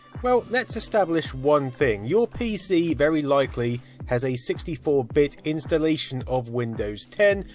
well, let's establish one thing. your pc very likely has a sixty four bit installation of windows ten,